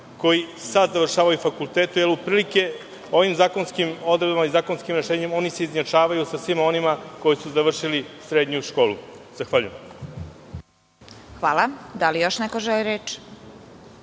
koji sad završavaju fakultete, jer otprilike, ovim zakonskim odredbama i zakonskim rešenjem, oni se izjednačavaju sa svima onima koji su završili srednju školu. Zahvaljujem. **Vesna Kovač** HVALA.Da li još neko želi reč?